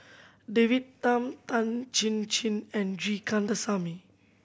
David Tham Tan Chin Chin and G Kandasamy